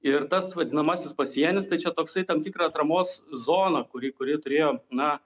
ir tas vadinamasis pasienis tai čia toksai tam tikra atramos zona kuri kuri turėjo na